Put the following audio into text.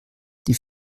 die